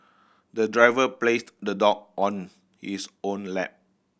the driver placed the dog on his own lap